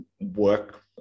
work